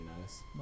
Nice